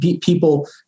people